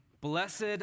Blessed